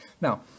Now